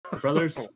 Brothers